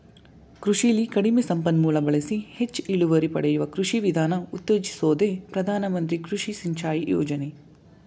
ಕೃಷಿಲಿ ಕಡಿಮೆ ಸಂಪನ್ಮೂಲ ಬಳಸಿ ಹೆಚ್ ಇಳುವರಿ ಪಡೆಯುವ ಕೃಷಿ ವಿಧಾನ ಉತ್ತೇಜಿಸೋದೆ ಪ್ರಧಾನ ಮಂತ್ರಿ ಕೃಷಿ ಸಿಂಚಾಯಿ ಯೋಜನೆ